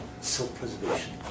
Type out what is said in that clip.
Self-preservation